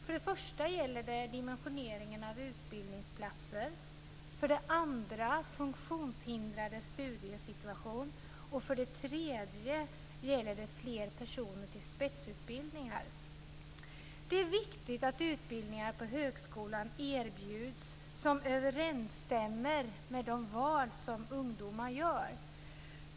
För det första gäller det dimensioneringen av utbildningsplatser, för det andra funktionshindrades studiesituation och för det tredje fler personer till spetsutbildningar. Det är viktigt att utbildningar på högskolan erbjuds som överensstämmer med de val som ungdomar gör.